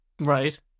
Right